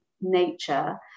nature